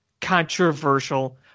controversial